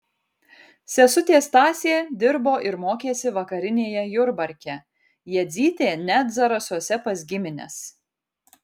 sesutė stasė dirbo ir mokėsi vakarinėje jurbarke jadzytė net zarasuose pas gimines